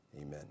Amen